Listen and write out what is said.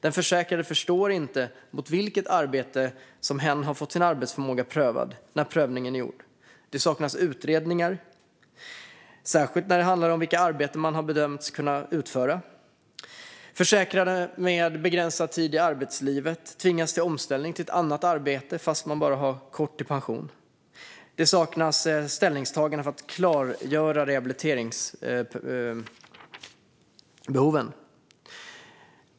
Den försäkrade förstår inte mot vilket arbete hen har fått sin arbetsförmåga prövad när prövningen är gjord. Utredningar saknas, särskilt när det handlar om vilka arbeten man har bedömts kunna utföra. Försäkrade med begränsad tid i arbetslivet tvingas till omställning till ett annat arbete trots att de har endast kort tid kvar till pension. Det saknas ställningstaganden för att klargöra rehabiliteringsbehoven.